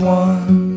one